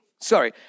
Sorry